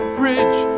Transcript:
bridge